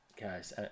Guys